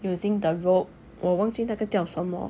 using the rope 我忘记那个叫什么